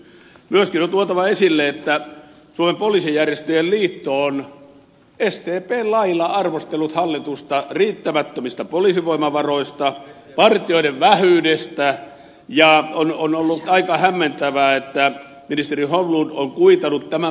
myöskin on tuotava esille että suomen poliisijärjestöjen liitto on sdpn lailla arvostellut hallitusta riittämättömistä poliisivoimavaroista partioiden vähyydestä ja on ollut aika hämmentävää että ministeri holmlund on kuitannut tämän politikoinniksi